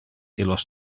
illos